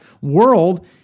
world